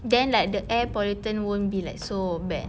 then like the air pollutant won't be like so bad